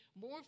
more